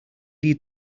lead